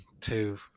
two